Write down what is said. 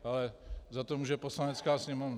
Ale za to může Poslanecká sněmovna.